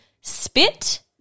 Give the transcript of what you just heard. spit